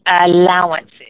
allowances